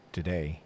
Today